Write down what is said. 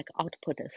output